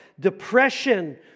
Depression